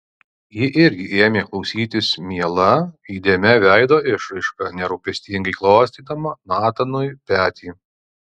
ji irgi ėmė klausytis miela įdėmia veido išraiška nerūpestingai glostydama natanui petį